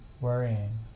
worrying